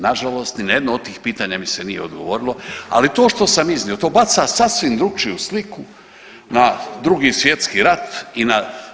Na žalost ni na jedno od tih pitanja mi se nije odgovorilo, ali to što sam iznio to baca sasvim drukčiju sliku na Drugi svjetski rat i na